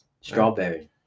Strawberry